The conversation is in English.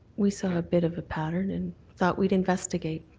we saw a bit of a pattern and thought we'd investigate.